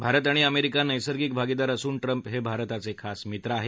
भारत आणि अमेरिका नैसर्गिक भागीदार असून ट्रम्प हे भारताचे खास मित्र आहेत